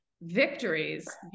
victories